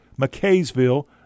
McKaysville